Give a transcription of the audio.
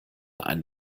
einen